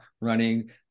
running